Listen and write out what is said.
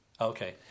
Okay